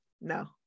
No